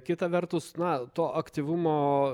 kita vertus na to aktyvumo